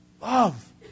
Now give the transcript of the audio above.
Love